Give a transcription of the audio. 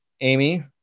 Amy